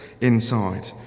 inside